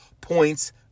Points